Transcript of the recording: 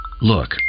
Look